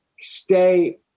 stay